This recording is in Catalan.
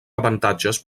avantatges